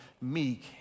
meek